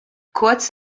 kurz